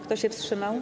Kto się wstrzymał?